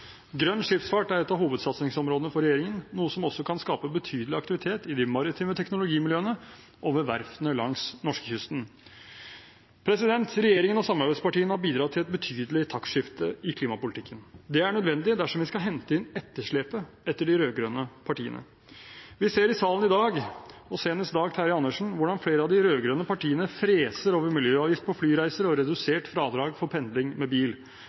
Grønn skipsfart er et av hovedsatsingsområdene for regjeringen, noe som også kan skape betydelig aktivitet i de maritime teknologimiljøene og ved verftene langs norskekysten. Regjeringen og samarbeidspartiene har bidratt til et betydelig taktskifte i klimapolitikken. Det er nødvendig dersom vi skal hente inn etterslepet etter de rød-grønne partiene. Vi ser i salen i dag, og senest hos Dag Terje Andersen, hvordan flere av de rød-grønne partiene freser over miljøavgift på flyreiser og redusert fradrag for pendling med bil.